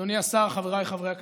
אדוני השר, חבריי חברי הכנסת,